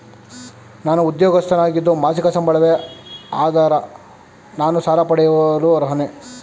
ನಾನು ಉದ್ಯೋಗಸ್ಥನಾಗಿದ್ದು ಮಾಸಿಕ ಸಂಬಳವೇ ಆಧಾರ ನಾನು ಸಾಲ ಪಡೆಯಲು ಅರ್ಹನೇ?